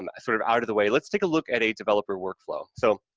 um sort of out of the way, let's take a look at a developer work flow. so,